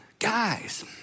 guys